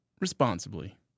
responsibly